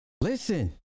Listen